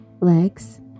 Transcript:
legs